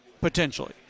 potentially